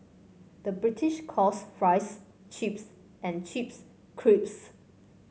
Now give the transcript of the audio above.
the British calls fries chips and chips crisps